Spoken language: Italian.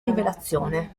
rivelazione